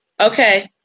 Okay